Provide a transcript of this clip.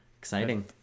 exciting